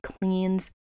cleans